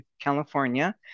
California